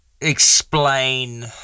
explain